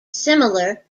similar